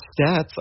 stats